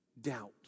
doubt